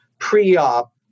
pre-op